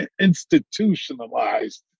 institutionalized